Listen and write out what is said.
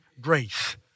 grace